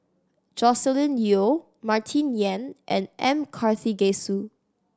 Joscelin Yeo Martin Yan and M Karthigesu